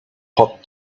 hot